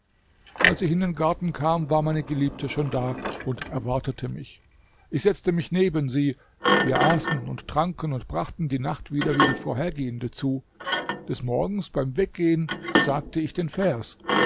als ich in den garten kam war meine geliebte schon da und erwartete mich ich setzte mich neben sie wir aßen und tranken und brachten die nacht wieder wie die vorhergehende zu des morgens beim weggehen sagte ich den vers